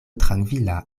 trankvila